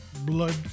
blood